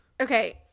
Okay